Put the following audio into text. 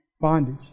bondage